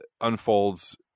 unfolds